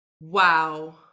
Wow